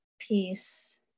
peace